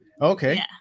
Okay